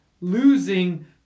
losing